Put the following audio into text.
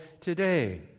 today